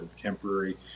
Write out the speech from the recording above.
temporary